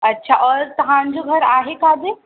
अच्छा और तव्हांजो घर आहे काॾे